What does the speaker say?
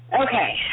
Okay